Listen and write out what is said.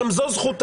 גם זו זכותה.